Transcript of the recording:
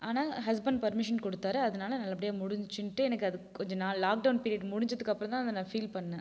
ஆனால் husband permission கொடுத்தாரு அதனால் நல்லபடியாக முடிஞ்சிச்சுன்ட்டு எனக்கு அது கொஞ்ச நாள் நான் லாக்டவுன் பீரியட் முடிஞ்சதுக்கப்புறம் தான் அதை நான் ஃபீல் பண்ணேன்